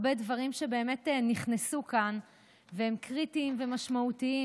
הרבה דברים באמת נכנסו כאן והם קריטיים ומשמעותיים.